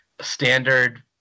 standard